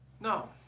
No